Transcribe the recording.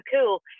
cool